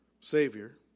savior